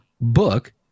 book